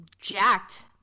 jacked